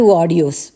audios